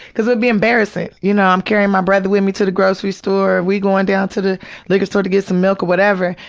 cause it would be embarrassing, you know, i'm carrying my brother with me to the grocery store, we'd go on down to the like store to get some milk or whatever,